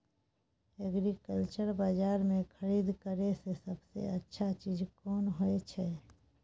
Agriculture बाजार में खरीद करे से सबसे अच्छा चीज कोन होय छै?